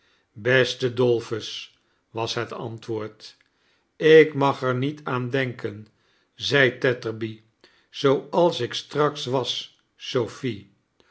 be te dolphus was het antwoord ik mag er niet aan denken zei tetterby zooals ik straks was sophy